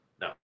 No